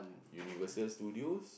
Universal Studios